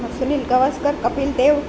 Sunil Gavaskar Kapil Dev